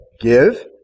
Give